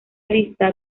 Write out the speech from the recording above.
lista